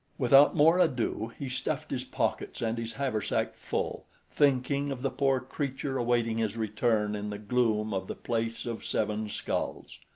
without more ado he stuffed his pockets and his haversack full, thinking of the poor creature awaiting his return in the gloom of the place of seven skulls.